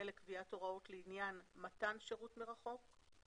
לקביעת הוראות לעניין מתן שירות מרחוק".